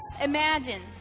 Imagine